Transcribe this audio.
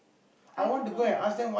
I don't know